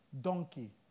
donkey